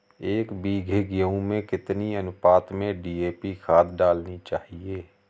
एक बीघे गेहूँ में कितनी अनुपात में डी.ए.पी खाद डालनी चाहिए?